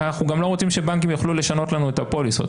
אנחנו גם לא רוצים שבנקים יוכלו לשנות לנו את הפוליסות,